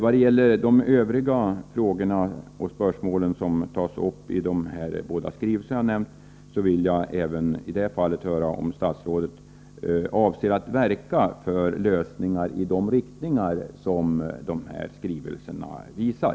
Vad gäller de övriga frågorna och spörsmålen som tas upp i de båda skrivelser jag har nämnt skulle jag vilja veta om statsrådet avser att verka för lösningar i de riktningar som dessa skrivelser anger?